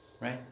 right